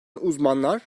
uzmanlar